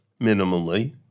minimally